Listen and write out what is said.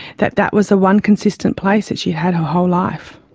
that that was the one consistent place that she had her whole life.